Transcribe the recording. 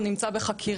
הוא נמצא בחקירה,